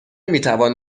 میتوان